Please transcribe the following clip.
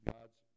God's